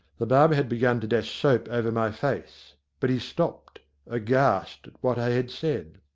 the barber had begun to dash soap over my face but he stopped aghast at what i had said.